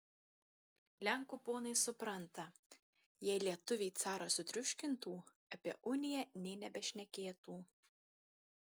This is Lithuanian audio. lenkų ponai supranta jei lietuviai carą sutriuškintų apie uniją nė nebešnekėtų